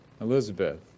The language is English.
Elizabeth